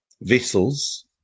vessels